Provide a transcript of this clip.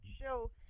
show